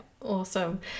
awesome